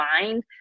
mind